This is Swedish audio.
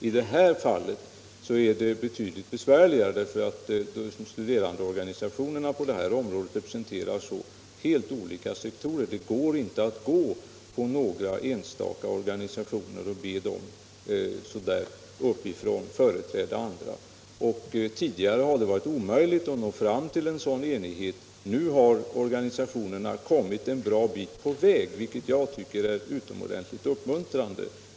I det här fallet är det betydligt besvärligare eftersom studerandeorganisationerna på detta område representerar så helt olika sektorer. Det är inte möjligt att gå till några enstaka organisationer och ”uppifrån” be dem att företräda andra. Tidigare har det varit helt omöjligt att nå fram till en sådan enighet. Nu har organisationerna kommit en bra bit på väg, vilket jag tycker är utomordentligt uppmuntrande.